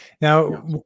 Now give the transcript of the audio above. Now